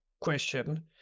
question